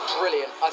brilliant